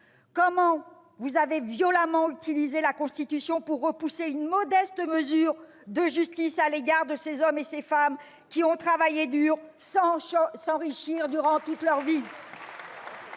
vous avez violemment utilisé la Constitution pour repousser une modeste mesure de justice à l'égard de ces hommes et femmes qui ont travaillé dur, sans s'enrichir, durant toute leur vie ?